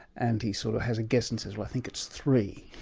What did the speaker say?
and he sort of has a guess and says, well i think it's three.